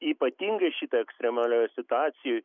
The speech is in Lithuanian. ypatingai šitą ekstremalioje situacijoj